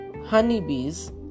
honeybees